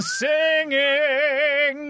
singing